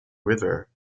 river